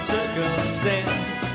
Circumstance